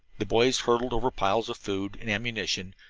the boys hurdled over piles of food and ammunition,